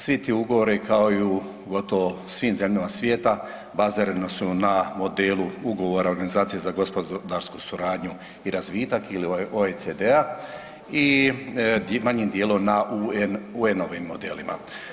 Svi ti ugovori kao i u gotovo svim zemljama svijeta bazirani su na modelu ugovora o organizaciji za gospodarsku suradnju i razvitak ili OECD-a i manjim djelom na UN-ovim modelima.